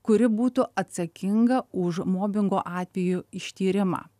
kuri būtų atsakinga už mobingo atvejų ištyrimą